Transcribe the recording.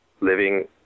living